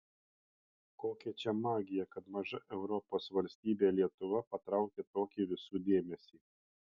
kokia čia magija kad maža europos valstybė lietuva patraukia tokį visų dėmesį